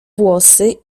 włosy